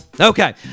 Okay